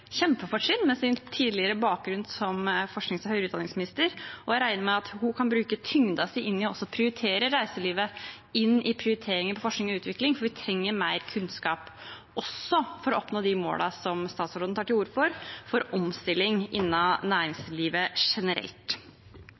med sin bakgrunn som tidligere forsknings- og høyere utdanningsminister, og jeg regner med at hun kan bruke tyngden sin også til å prioritere reiselivet når det gjelder forskning og utvikling, for vi trenger mer kunnskap for å oppnå de målene statsråden tar til orde for, for omstilling innenfor næringslivet generelt.